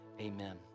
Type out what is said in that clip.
Amen